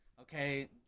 Okay